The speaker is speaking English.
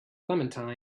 clementine